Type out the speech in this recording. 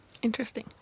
Interesting